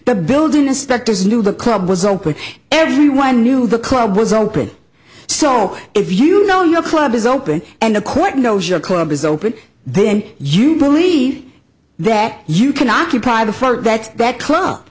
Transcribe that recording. the building inspectors knew the club was open everyone knew the club was open so all of you know your club is open and the court knows your club is open then you believe that you can occupy the front that that club